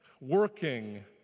working